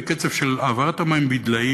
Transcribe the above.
קצב של העברת המים בדליים,